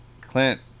Clint